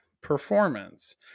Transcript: performance